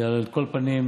על כל פנים,